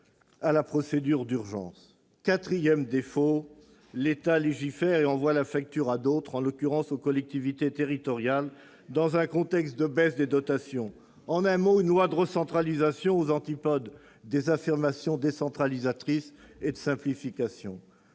à la procédure d'urgence ... Le quatrième défaut est que l'État légifère et envoie la facture à d'autres, en l'occurrence aux collectivités territoriales dans un contexte de baisse des dotations. Bien sûr ! En un mot, il s'agit d'une loi de recentralisation, aux antipodes des affirmations de décentralisation et de simplification.